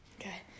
Okay